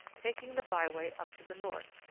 taking the by-way up to the north,